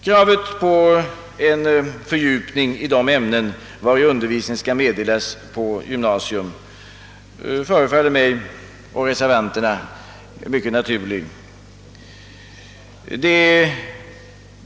Kravet på en fördjupning i de ämnen vari undervisning skall meddelas på gymnasiet förefaller oss reservanter mycket naturligt.